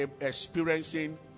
experiencing